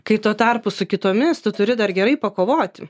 kai tuo tarpu su kitomis tu turi dar gerai pakovoti